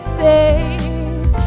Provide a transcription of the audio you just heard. says